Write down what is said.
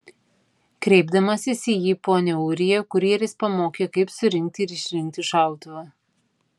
kreipdamasis į jį pone ūrija kurjeris pamokė kaip surinkti ir išrinkti šautuvą